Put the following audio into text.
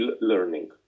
learning